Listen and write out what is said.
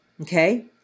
okay